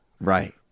Right